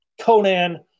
Conan